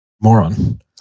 moron